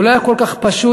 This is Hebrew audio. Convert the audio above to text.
זה לא היה כל כך פשוט.